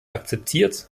akzeptiert